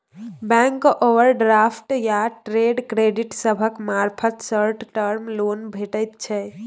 bank overdraft या trade credit सभक मार्फत शॉर्ट टर्म लोन भेटइ छै